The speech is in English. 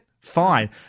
fine